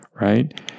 right